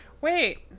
Wait